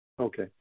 Okay